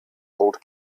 old